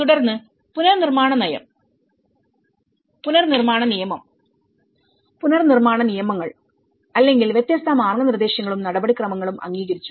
തുടർന്ന് പുനർനിർമ്മാണ നയം പുനർനിർമ്മാണ നിയമം പുനർനിർമ്മാണ നിയമങ്ങൾ അല്ലെങ്കിൽ വ്യത്യസ്ത മാർഗ്ഗനിർദ്ദേശങ്ങളും നടപടിക്രമങ്ങളും അംഗീകരിച്ചു